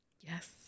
Yes